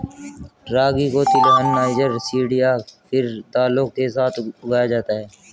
रागी को तिलहन, niger seed या फिर दालों के साथ उगाया जाता है